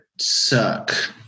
suck